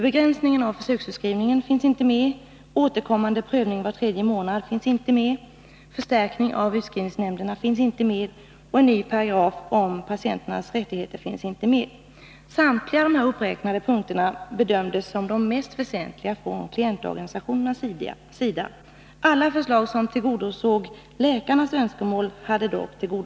Begränsning av försöksutskrivning finns inte med. 2. Återkommande prövning var tredje månad finns inte med. 3. Förstärkning av utskrivningsnämnderna finns inte med. 4. En ny paragraf om patienternas rättigheter finns inte med. Samtliga de här uppräknade punkterna bedömdes som de mest väsentliga från klientorganisationernas sida. Alla förslag som tillgodosåg läkarnas önskemål hade dock beaktats.